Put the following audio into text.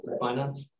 Finance